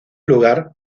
lugar